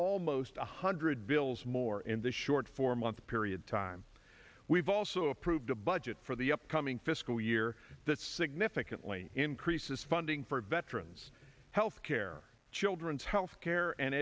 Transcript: almost one hundred bills more in the short four month period time we've also approved a budget for the upcoming fiscal year that significantly increases funding for veterans health care children's health care and